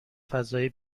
فضایی